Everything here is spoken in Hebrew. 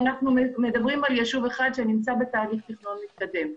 ואנחנו מדברים על יישוב אחד שנמצא בתהליך תכנון מתקדם.